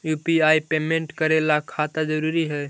UPI payment करे ला खाता जरूरी है?